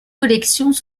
collections